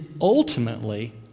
ultimately